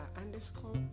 underscore